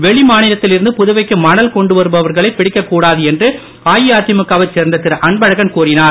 வெளிமாநிலத்தில் இருந்து புதுவைக்கு மணல் கொண்டு வருபவர்களை பிடிக்க கூடாது என்று அஇஅதிமுகவை சேர்ந்த திருஅன்பழகன் கூறினார்